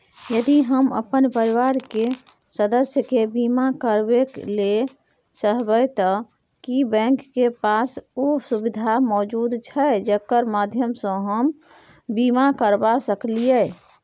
यदि हम अपन परिवार के सदस्य के बीमा करबे ले चाहबे त की बैंक के पास उ सुविधा मौजूद छै जेकर माध्यम सं हम बीमा करबा सकलियै?